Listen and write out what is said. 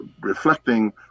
reflecting